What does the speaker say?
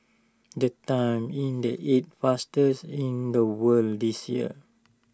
the time in the eighth in the world this year